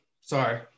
sorry